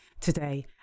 today